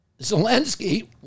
Zelensky